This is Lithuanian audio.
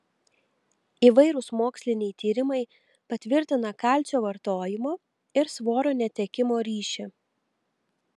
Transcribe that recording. įvairūs moksliniai tyrimai patvirtina kalcio vartojimo ir svorio netekimo ryšį